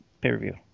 pay-per-view